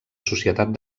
societat